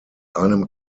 einem